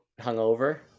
hungover